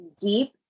deep